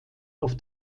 auf